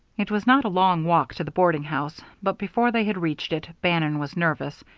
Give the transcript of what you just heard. it was not a long walk to the boarding house but before they had reached it bannon was nervous.